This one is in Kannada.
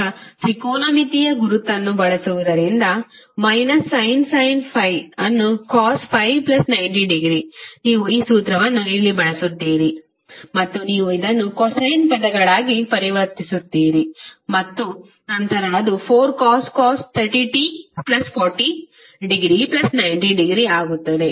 ಈಗ ತ್ರಿಕೋನಮಿತಿಯ ಗುರುತನ್ನುtrigonometric identity ಬಳಸುವುದರಿಂದ sin ∅ cos∅90° ನೀವು ಈ ಸೂತ್ರವನ್ನು ಇಲ್ಲಿ ಬಳಸುತ್ತೀರಿ ಮತ್ತು ನೀವು ಇದನ್ನು ಕೊಸೈನ್ ಪದಗಳಾಗಿ ಪರಿವರ್ತಿಸುತ್ತೀರಿ ಮತ್ತು ನಂತರ ಅದು 4cos 30t40°90° ಆಗುತ್ತದೆ